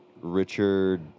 Richard